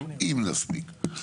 אם נספיק.